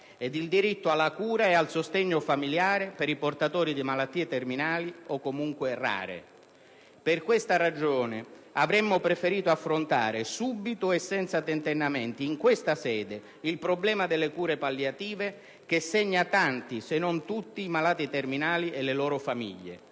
e il diritto alla cura e al sostegno familiare per i portatori di malattie terminali o, comunque, rare. Per questa ragione avremmo preferito affrontare in questa sede, subito e senza tentennamenti, il problema delle cure palliative, che segna tanti se non tutti i malati terminali e le loro famiglie;